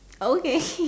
okay